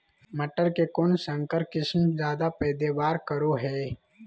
मटर के कौन संकर किस्म जायदा पैदावार करो है?